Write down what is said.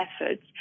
efforts